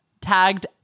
tagged